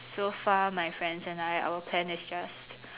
so far my friends and I our plan is just